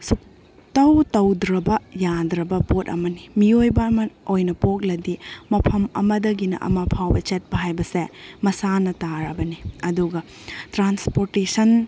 ꯁꯨꯛꯇꯧ ꯇꯧꯗ꯭ꯔꯕ ꯌꯥꯗ꯭ꯔꯕ ꯄꯣꯠ ꯑꯃꯅꯤ ꯃꯤꯑꯣꯏꯕ ꯑꯃ ꯑꯣꯏꯅ ꯄꯣꯛꯂꯗꯤ ꯃꯐꯝ ꯑꯃꯗꯒꯤꯅ ꯃꯐꯝ ꯑꯃ ꯐꯥꯎꯕ ꯆꯠꯄ ꯍꯥꯏꯕꯁꯦ ꯃꯁꯥꯅ ꯇꯥꯔꯕꯅꯤ ꯑꯗꯨꯒ ꯇ꯭ꯔꯥꯟꯁꯄꯣꯔꯇꯦꯁꯟ